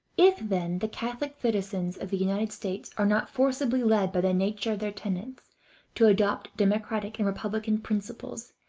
if, then, the catholic citizens of the united states are not forcibly led by the nature of their tenets to adopt democratic and republican principles,